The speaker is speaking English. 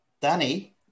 Danny